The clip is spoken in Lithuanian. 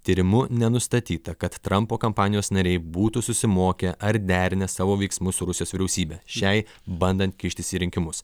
tyrimu nenustatyta kad trampo kampanijos nariai būtų susimokę ar derinę savo veiksmus su rusijos vyriausybe šiai bandant kištis į rinkimus